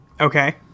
Okay